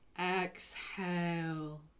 Exhale